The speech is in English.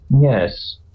Yes